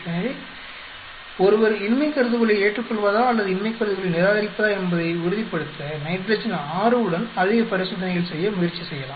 எனவே ஒருவர் இன்மை கருதுகோளை ஏற்றுக்கொள்வதா அல்லது இன்மை கருதுகோளை நிராகரிப்பதா என்பதை உறுதிப்படுத்த நைட்ரஜன் ஆறு உடன் அதிக பரிசோதனைகள் செய்ய முயற்சி செய்யலாம்